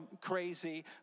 crazy